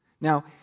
Now